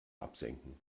absenken